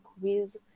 quiz